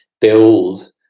build